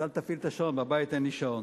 אז אל תפעיל את השעון, בבית אין לי שעון.